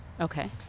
Okay